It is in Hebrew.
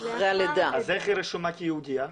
אז היא רשומה כיהודייה?